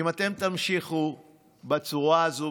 אם אתם תמשיכו בצורה הזאת,